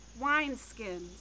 wineskins